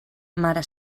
mare